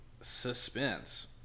suspense